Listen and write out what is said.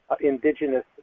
indigenous